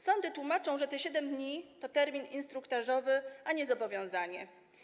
Sądy tłumaczą, że te 7 dni to termin instruktażowy, a nie zobowiązanie.